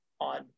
on